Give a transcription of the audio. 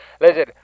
Listen